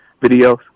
videos